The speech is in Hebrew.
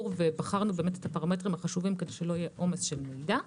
ובחרנו את הפרמטרים החשובים כדי שלא יהיה עומס מידע.